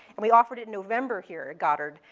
and we offered it in november here at goddard,